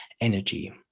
energy